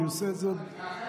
אני עושה את זה, מ-2013.